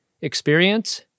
experience